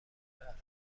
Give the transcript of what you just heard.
بهرهمند